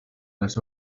les